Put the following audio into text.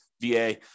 VA